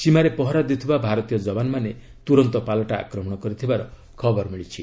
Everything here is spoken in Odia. ସୀମାରେ ପହରା ଦେଉଥିବା ଭାରତୀୟ ଯବାନମାନେ ତୁରନ୍ତ ପାଲଟା ଆକ୍ରମଣ କରିଥିବାର ଖବର ମିଳିଛି